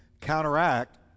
counteract